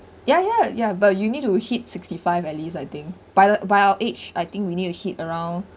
ya ya ya but you need to hit sixty-five at least I think by the by our age I think we need to hit around